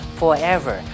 forever